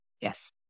Yes